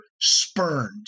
spurned